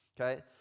okay